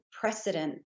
precedent